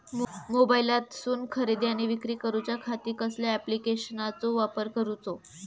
मोबाईलातसून खरेदी आणि विक्री करूच्या खाती कसल्या ॲप्लिकेशनाचो वापर करूचो?